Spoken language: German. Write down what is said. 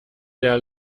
der